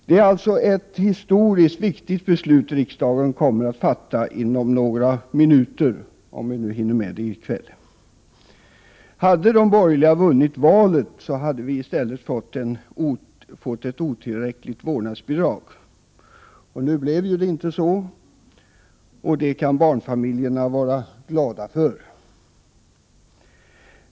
Det är alltså ett historiskt viktigt beslut som riksdagen kommer att fatta inom några minuter — om vi nu hinner med det i kväll. Hade de borgerliga vunnit valet hade vi i stället fått ett otillräckligt vårdnadsbidrag. Nu blev det inte så, och det kan barnfamiljerna vara glada för.